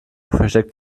versteckt